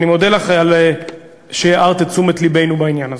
אני מודה לך על שהערת את תשומת לבנו בעניין הזה.